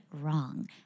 wrong